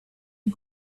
and